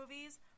movies